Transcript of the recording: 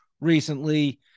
recently